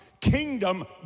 kingdom